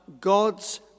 God's